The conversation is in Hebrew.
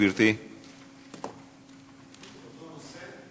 באותו נושא?